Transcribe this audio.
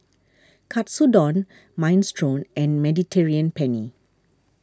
Katsudon Minestrone and Mediterranean Penne